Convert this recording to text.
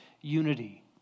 unity